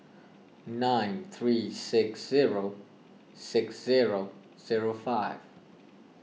nine three six zero six zero zero five